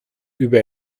über